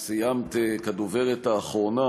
כדוברת האחרונה,